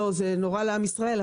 זה נורא לעם ישראל,